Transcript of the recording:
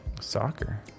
Soccer